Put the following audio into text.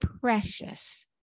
precious